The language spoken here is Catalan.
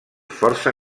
força